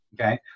Okay